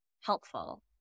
helpful